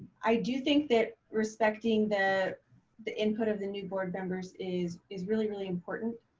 i do think that respecting the the input of the new board members is is really, really important.